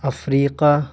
Africa